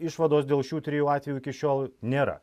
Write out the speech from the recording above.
išvados dėl šių trijų atvejų iki šiol nėra